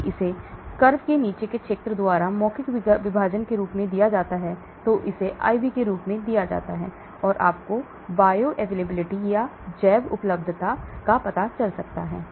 यदि इसे वक्र के नीचे क्षेत्र द्वारा मौखिक विभाजन के रूप में दिया जाता है और इसे IV के रूप में दिया जाता है जो आपको जैव उपलब्धता प्रदान करता है